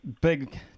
big